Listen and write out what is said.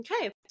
Okay